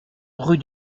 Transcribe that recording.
rue